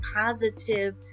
positive